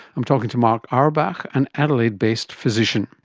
i'm talking to mark awerbuch, an adelaide-based physician.